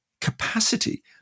capacity